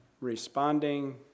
responding